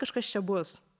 kažkas čia bus